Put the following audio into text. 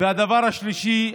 והדבר השלישי,